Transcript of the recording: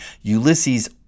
Ulysses